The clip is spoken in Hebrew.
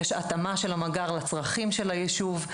יש התאמה של המג״ר לצרכי הישוב.